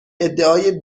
ادعای